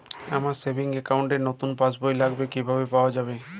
আমার savings account র নতুন পাসবই লাগবে কিভাবে পাওয়া যাবে?